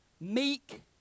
meek